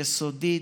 יסודית,